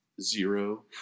zero